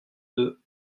deux